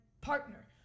partner